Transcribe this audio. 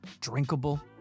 drinkable